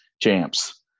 champs